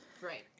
Right